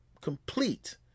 complete